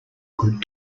good